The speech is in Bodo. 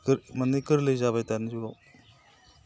माने गोरलै जाबाय दानि जुगाव